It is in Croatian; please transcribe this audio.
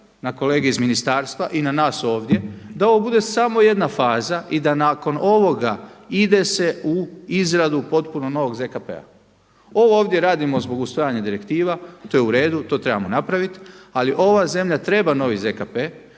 na kolege iz ministarstva i na nas ovdje da ovo bude samo jedna faza i da nakon ovoga ide se u izradu potpuno novog ZKP-a. Ovo ovdje radimo zbog usvajanja direktiva, to je u redu, to trebamo napraviti ali ova zemlja treba novi ZKP,